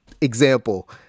example